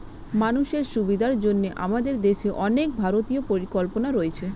মানুষের সুবিধার জন্য আমাদের দেশে অনেক ভারতীয় পরিকল্পনা রয়েছে